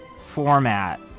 format